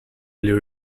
will